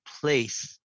place